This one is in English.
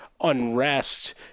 unrest